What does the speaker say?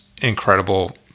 incredible